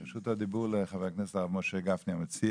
רשות הדיבור לחבר הכנסת המציע, הרב משה גפני.